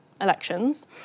elections